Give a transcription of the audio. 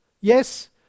Yes